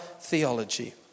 theology